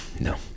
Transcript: No